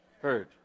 heard